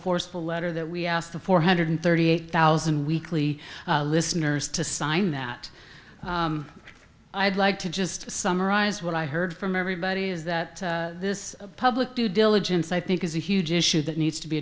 forceful letter that we asked the four hundred thirty eight thousand weekly listeners to sign that i'd like to just summarize what i heard from everybody is that this public due diligence i think is a huge issue that needs to be